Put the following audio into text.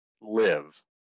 live